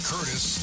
Curtis